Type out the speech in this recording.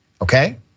okay